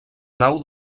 nau